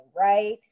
right